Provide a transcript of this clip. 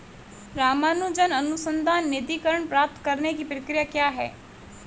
रामानुजन अनुसंधान निधीकरण प्राप्त करने की प्रक्रिया क्या है?